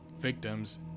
victims